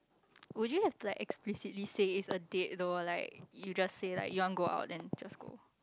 would you have to explicitly say it's a date though like you just say like you want go out then just go